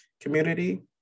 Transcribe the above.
community